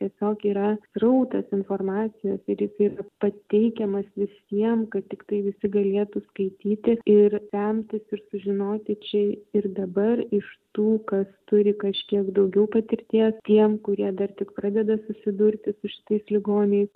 tiesiog yra srautas informacijos ir jis yra pateikiamas visiem kad tiktai visi galėtų skaityti ir semtis ir sužinoti čia ir dabar iš tų kas turi kažkiek daugiau patirties tiem kurie dar tik pradeda susidurti su šitais ligoniais